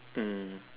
mm